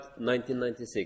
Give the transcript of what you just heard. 1996